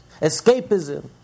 escapism